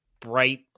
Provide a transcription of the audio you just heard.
bright